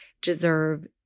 deserve